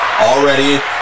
already